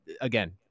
Again